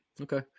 okay